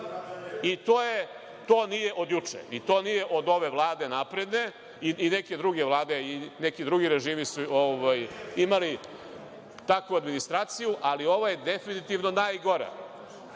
I to nije od juče, i to nije od ovde Vlade napredne i neke druge vlade, i neki drugi režimi su imali takvu administraciju, ali ovo je definitivno najgora.